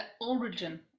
origin